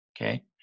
Okay